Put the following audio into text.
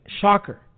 Shocker